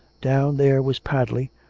down there was padley,